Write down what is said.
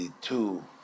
two